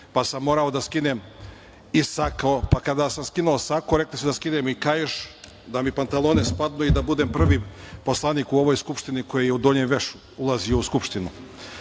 pa sam morao da skinem i sako, pa kada sam skinuo sako, rekli su mi da skinem i kaiš, da mi pantalone spadnu i da budem prvi poslanik u ovoj Skupštini koji je u donjem vešu ulazio u Skupštinu. Malo